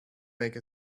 make